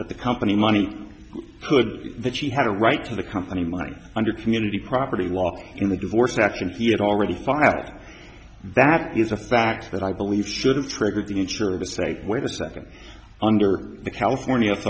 that the company money could that she had a right to the company money under community property law in the divorce action he had already firing that is a fact that i believe should have triggered the insurer to say wait a second under the california